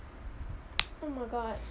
oh my god